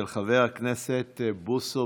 של חבר הכנסת בוסו,